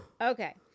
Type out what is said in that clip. Okay